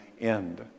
end